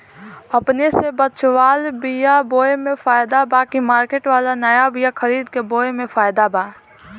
अपने से बचवाल बीया बोये मे फायदा बा की मार्केट वाला नया बीया खरीद के बोये मे फायदा बा?